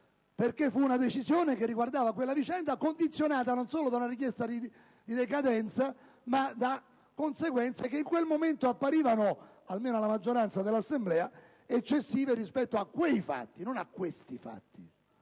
perché fu una decisione che riguardava quella vicenda, condizionata non solo da una richiesta di decadenza, ma da conseguenze che in quel momento apparivano, almeno alla maggioranza dell'Assemblea, eccessive rispetto a quei fatti, non a questi fatti.